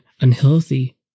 unhealthy